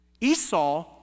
Esau